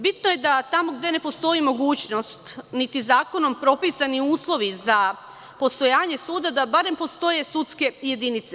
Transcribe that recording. Bitno je da tamo gde ne postoji mogućnost, niti zakonom propisani uslovi za postojanje suda, da barem postoje sudske jedinice.